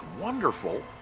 wonderful